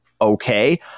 okay